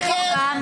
מי נמנע?